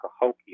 Cahokia